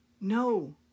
no